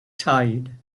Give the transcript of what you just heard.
tide